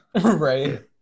Right